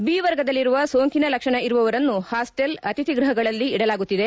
B ವರ್ಗದಲ್ಲಿರುವ ಸೋಂಕಿನ ಲಕ್ಷಣ ಇರುವವರನ್ನು ಪಾಸ್ಟೆಲ್ ಅತಿಥಿ ಗೃಹಗಳಲ್ಲಿ ಇಡಲಾಗುತ್ತಿದೆ